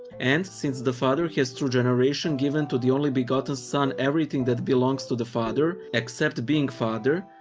and since the father has through generation given to the only begotten son everything that belongs to the father, except being father,